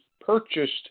purchased